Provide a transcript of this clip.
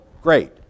great